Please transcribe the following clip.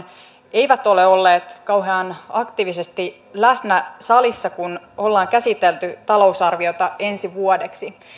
eivät ole olleet kauhean aktiivisesti läsnä salissa kun ollaan käsitelty talousarviota ensi vuodeksi